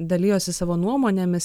dalijosi savo nuomonėmis